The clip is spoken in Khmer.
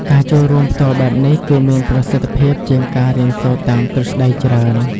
ការចូលរួមផ្ទាល់បែបនេះ គឺមានប្រសិទ្ធភាពជាងការរៀនសូត្រតាមទ្រឹស្តីច្រើនដង។